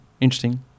Interesting